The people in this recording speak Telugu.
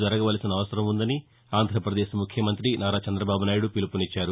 జరగవలసిన అవసరం ఉందని ఆంధ్రప్రదేశ్ ముఖ్యమంతి నారా చంద్రబాబు నాయుడు పిలుపునిచ్చారు